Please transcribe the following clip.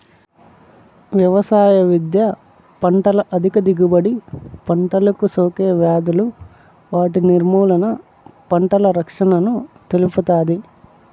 వ్యవసాయ విద్య పంటల అధిక దిగుబడి, పంటలకు సోకే వ్యాధులు వాటి నిర్మూలన, పంటల రక్షణను తెలుపుతాది